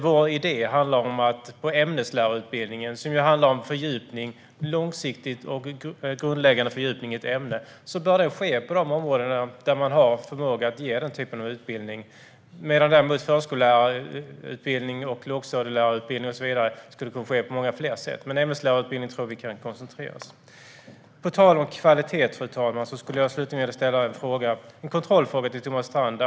Vår idé är att ämneslärarutbildningen, som ju handlar om långsiktig och grundläggande fördjupning i ett ämne, bör ske på de områden där man har förmåga att ge denna typ av utbildning. Förskollärarutbildning, lågstadielärarutbildning och så vidare skulle däremot kunna ske på många fler sätt. Vi tror alltså att ämneslärarutbildningen kan koncentreras. Fru talman! På tal om kvalitet skulle jag slutligen vilja ställa en kontrollfråga till Thomas Strand.